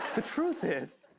the truth is,